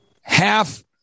half